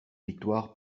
victoire